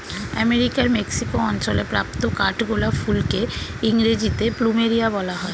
আমেরিকার মেক্সিকো অঞ্চলে প্রাপ্ত কাঠগোলাপ ফুলকে ইংরেজিতে প্লুমেরিয়া বলা হয়